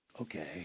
okay